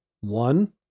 One